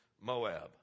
Moab